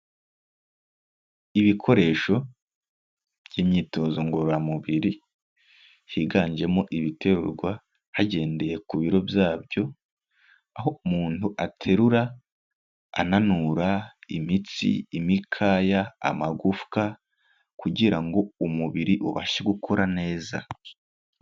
Ibikoresho by'imyitozo ngororamubiri, higanjemo ibiterurwa hagendewe ku biro byabyo, aho umuntu aterura ananura imitsi, imikaya, amagufwa kugira ngo umubiri ubashekura neza.